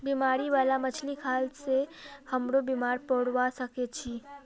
बीमारी बाला मछली खाल से हमरो बीमार पोरवा सके छि